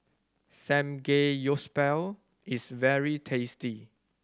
Samgeyopsal is very tasty